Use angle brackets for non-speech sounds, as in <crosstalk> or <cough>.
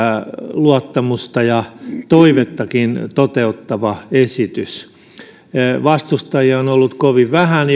luottamusta ja toivettakin toteuttava esitys vastustajia on ollut kovin vähän <unintelligible>